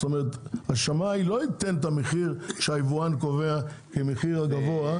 זאת אומרת השמאי לא ייתן את המחיר שהיבואן קובע כמחיר הגבוה,